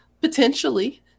Potentially